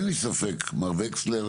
מר וקסלר,